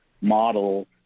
model